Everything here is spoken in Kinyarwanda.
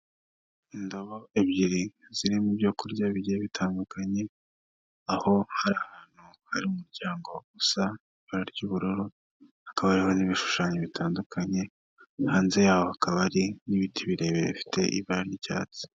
Indabo ebyiri zirimo ibyo kurya bigiye bitandukanye aho hari ahantu hari umuryango usa ibara ry'ubururu, hakaba hariho n'ibishushanyo bitandukanye hanze yaho hakaba hari n'ibiti birebire bifite ibara ry'icyatsi.